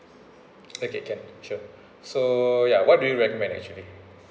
okay can sure so ya what do you recommend actually